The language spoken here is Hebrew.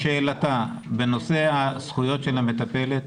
בנושא הזכויות של המטפלת.